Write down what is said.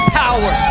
power